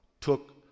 took